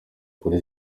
kuri